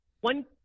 one